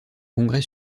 congrès